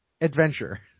adventure